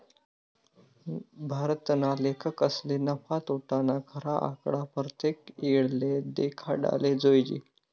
भारतना लेखकसले नफा, तोटाना खरा आकडा परतेक येळले देखाडाले जोयजे